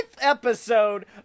episode